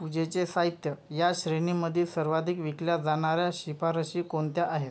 पूजेचे साहित्य या श्रेणीमध्ये सर्वाधिक विकल्या जाणाऱ्या शिफारशी कोणत्या आहेत